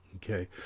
Okay